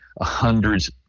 hundreds